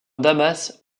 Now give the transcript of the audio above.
damas